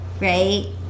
Right